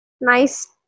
nice